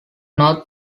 north